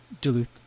Duluth